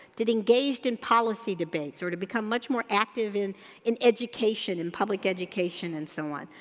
that engaged in policy debates or to become much more active in in education and public education and so on.